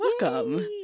Welcome